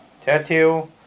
Tattoo